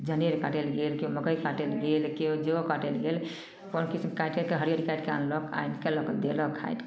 जनेर काटै लै गेल केओ मकै काटै लै गेल केओ जौ काटै लै गेल गेल अपन किछु काटिके हरिअरी काटिके अनलक आनिके लऽ कऽ देलक खाएके